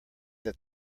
that